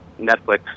Netflix